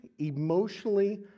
emotionally